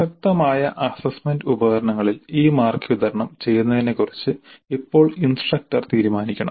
പ്രസക്തമായ അസ്സസ്സ്മെന്റ് ഉപകരണങ്ങളിൽ ഈ മാർക്ക് വിതരണം ചെയ്യുന്നതിനെക്കുറിച്ച് ഇപ്പോൾ ഇൻസ്ട്രക്ടർ തീരുമാനിക്കണം